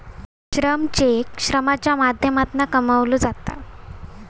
श्रम चेक श्रमाच्या माध्यमातना कमवलो जाता